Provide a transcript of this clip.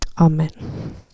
amen